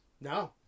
No